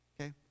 Okay